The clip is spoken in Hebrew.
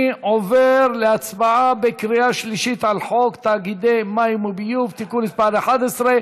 אני עובר להצבעה בקריאה שלישית על חוק תאגידי מים וביוב (תיקון מס' 11),